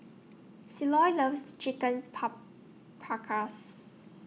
Ceylon loves Chicken Paprikas